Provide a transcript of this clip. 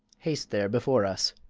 haste there before us.